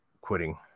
quitting